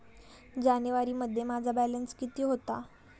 जानेवारीमध्ये माझा बॅलन्स किती होता?